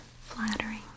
flattering